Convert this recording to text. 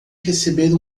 receber